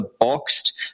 boxed